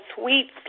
sweet